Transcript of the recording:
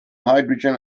hydrogen